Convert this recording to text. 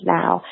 now